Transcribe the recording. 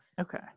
Okay